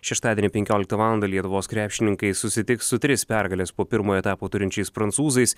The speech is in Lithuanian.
šeštadienį penkioliktą valandą lietuvos krepšininkai susitiks su tris pergales po pirmo etapo turinčiais prancūzais